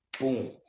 Boom